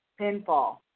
pinfall